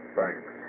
Thanks